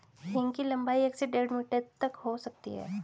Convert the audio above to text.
हींग की लंबाई एक से डेढ़ मीटर तक हो सकती है